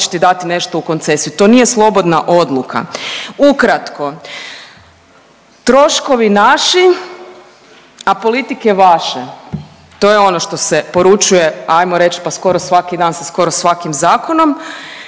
dati nešto u koncesiju, to nije slobodna odluka. Ukratko, troškovi naši, a politike vaše, to je ono što se poručuje, ajmo reći pa skoro svaki dan sa skoro svakim zakonom.